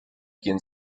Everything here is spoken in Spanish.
quien